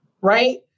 Right